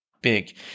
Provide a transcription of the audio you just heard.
big